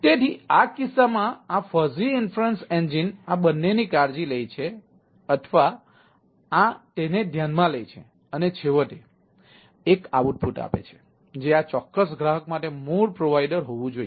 તેથી આ કિસ્સાઓમાં આ ફઝી ઇન્ફેરેન્સ એન્જિન આ બંનેની કાળજી લે છે અથવા આ ને ધ્યાનમાં લે છે અને છેવટે એક આઉટપુટ આપે છે જે આ ચોક્કસ ગ્રાહક માટે મૂળ પ્રોવાઇડર હોવું જોઈએ